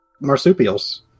marsupials